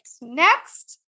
Next